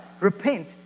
Repent